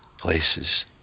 places